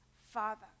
Father